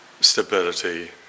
stability